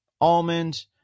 almond